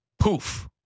poof